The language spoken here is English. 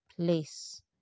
Place